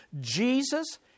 Jesus